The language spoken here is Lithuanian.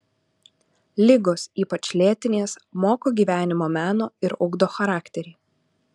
ligos ypač lėtinės moko gyvenimo meno ir ugdo charakterį